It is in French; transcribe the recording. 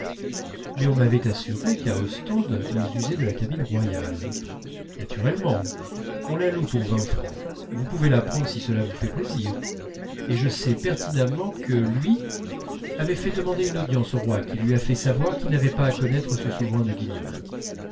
mais on m'avait assuré qu'à ostende ils usaient de la cabine royale naturellement on la loue pour vingt francs vous pouvez la prendre si cela vous fait plaisir et je sais pertinemment que lui avait fait demander une audience au roi qui lui a fait savoir qu'il n'avait pas à connaître ce souverain de guignol